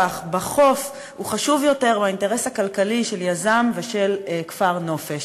בחוף חשוב יותר מהאינטרס הכלכלי של יזם ושל כפר נופש.